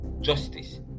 justice